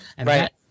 Right